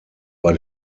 bei